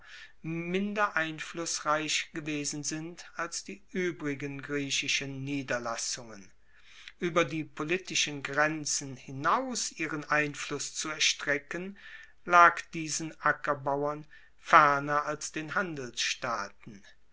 minder einflussreich gewesen sind als die uebrigen griechischen niederlassungen ueber die politischen grenzen hinaus ihren einfluss zu erstrecken lag diesen ackerbauern ferner als den handelsstaaten